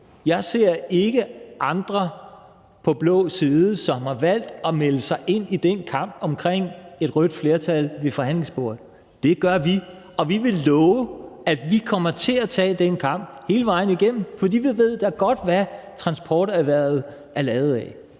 der er andre fra den blå side, som har valgt at melde sig ind i den kamp omkring et rødt flertal ved forhandlingsbordet. Det gør vi, og vi vil love, at vi kommer til at tage den kamp hele vejen igennem. For vi ved da godt, hvad transporterhvervet er lavet af.